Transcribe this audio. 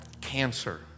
Cancer